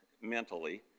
mentally